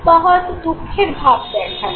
বা হয়তো দুঃখের ভাব দেখালাম